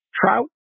Trout